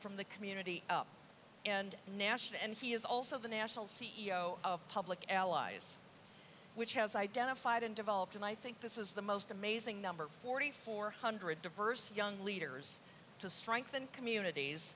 from the community up and nash and he is also the national c e o of public allies which has identified and developed and i think this is the most amazing number forty four hundred diverse young leaders to strengthen communities